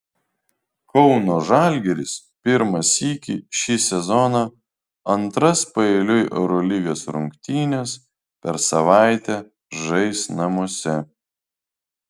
kauno žalgiris pirmą sykį šį sezoną antras paeiliui eurolygos rungtynes per savaitę žais namuose